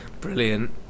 Brilliant